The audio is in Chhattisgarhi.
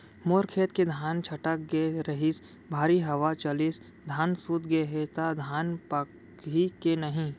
मोर खेत के धान छटक गे रहीस, भारी हवा चलिस, धान सूत गे हे, त धान पाकही के नहीं?